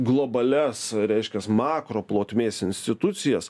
globalias reiškias makroplotmės institucijas